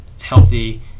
healthy